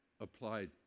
applied